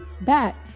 back